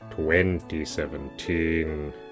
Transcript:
2017